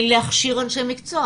להכשיר אנשי מקצוע.